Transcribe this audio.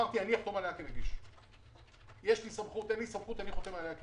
חתמתי על התוכנית וליוויתי את כל הליכי התכנון,